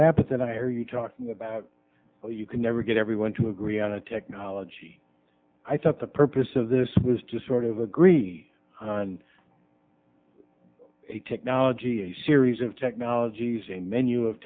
that that i are you talking about well you can never get everyone to agree on a technology i thought the purpose of this was to sort of agree on a technology a series of technologies a menu of